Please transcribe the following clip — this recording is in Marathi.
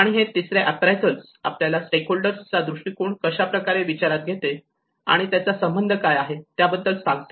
आणि हे तिसरे अँप्राईसलं हे आपल्याला स्टेकहोल्डर चा दृष्टिकोन कशाप्रकारे विचारात घेते आणि त्याचा संबंध काय आहे त्याबद्दल सांगते